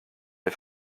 les